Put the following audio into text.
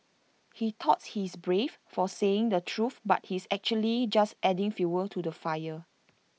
he thought he's brave for saying the truth but he's actually just adding fuel to the fire